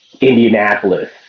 Indianapolis